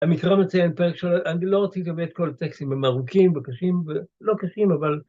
המקרא מציין פרק שלו... אני לא רוצה לגבי כל הטקסטים, הם ארוכים, הם קשים, לא קשים, אבל...